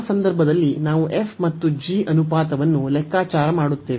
ಆ ಸಂದರ್ಭದಲ್ಲಿ ನಾವು f ಮತ್ತು g ಅನುಪಾತವನ್ನು ಲೆಕ್ಕಾಚಾರ ಮಾಡುತ್ತೇವೆ